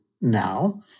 now